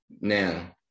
Now